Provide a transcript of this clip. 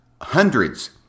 hundreds